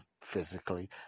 physically